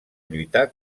lluitar